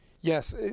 Yes